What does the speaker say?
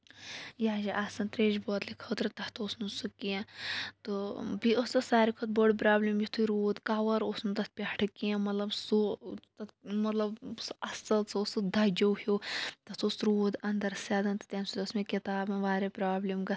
یا چھِ آسان تریشہِ بٲتلہِ خٲطرٕ تَتھ اوس نہٕ سُہ کیٚنٛہہ تہٕ بیٚیہِ ٲس تَتھ ساروٕے کھۄتہٕ بٔڑ پرابلِم یُتھٕے رود مطلب کَوَر اوس نہٕ تَتھ پٮ۪ٹھہٕ کیٚنٛہہ مطلب سُہ تَتھ مطلب سُہ اصل سُہ اوس دَجِو ہیٚو تَتھ اوس رود اَندر سیٚدان تہٕ تَمہِ سۭتۍ ٲس مےٚ کِتابَن واریاہ پرابلِم گَژھان